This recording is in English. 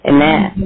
Amen